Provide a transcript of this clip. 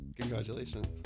Congratulations